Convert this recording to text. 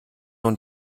und